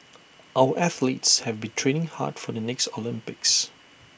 our athletes have been training hard for the next Olympics